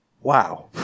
Wow